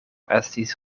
estis